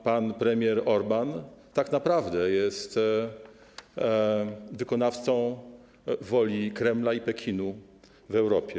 Pan premier Orbán tak naprawdę jest wykonawcą woli Kremla i Pekinu w Europie.